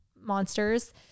monsters